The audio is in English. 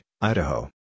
Idaho